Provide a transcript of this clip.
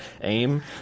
Aim